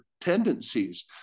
Tendencies